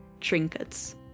trinkets